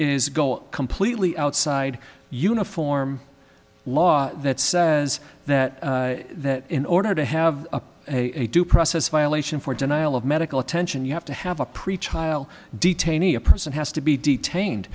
is go completely outside uniform law that says that in order to have a process violation for denial of medical attention you have to have a pretrial detainee a person has to be detained